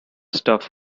stuff